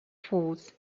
folds